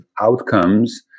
outcomes